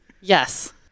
Yes